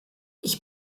ich